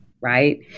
right